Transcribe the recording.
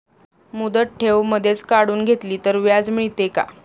मुदत ठेव मधेच काढून घेतली तर व्याज मिळते का?